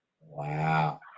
Wow